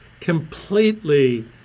completely